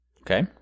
Okay